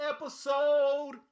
episode